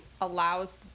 allows